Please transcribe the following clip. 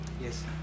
Yes